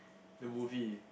the movie